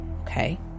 Okay